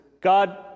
God